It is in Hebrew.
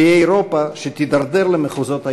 תהיה אירופה שתידרדר למחוזות איומים.